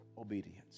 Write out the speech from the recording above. obedience